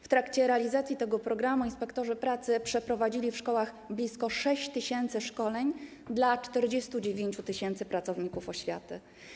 W trakcie realizacji tego programu inspektorzy pracy przeprowadzili w szkołach blisko 6 tys. szkoleń dla 49 tys. pracowników oświaty.